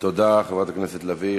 תודה, חברת הכנסת לביא.